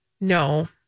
No